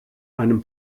einem